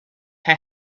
her